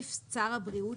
יוסיף שר הבריאות,